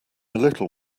little